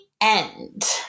end